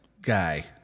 guy